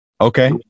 Okay